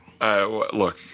look